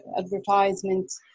advertisements